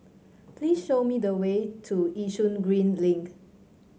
please show me the way to Yishun Green Link